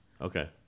Okay